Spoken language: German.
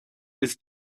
ist